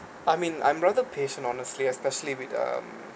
I mean I'm rather patient honestly especially with um